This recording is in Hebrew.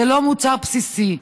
זה לא מוצר בסיסי,